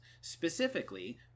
Specifically